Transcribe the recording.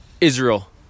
Israel